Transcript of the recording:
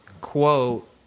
quote